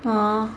ah